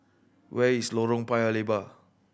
where is Lorong Paya Lebar